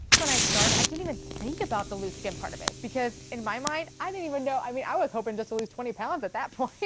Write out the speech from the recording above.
when i started i didn't even think about the loose skin part of it because in my mind, i didn't even know i mean i was hoping to so lose twenty pounds at that point. yeah